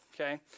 okay